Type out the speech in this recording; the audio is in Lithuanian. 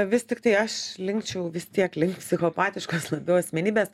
vis tiktai aš linkčiau vis tiek lik psichopatiškos labiau asmenybės